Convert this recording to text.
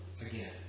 again